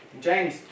James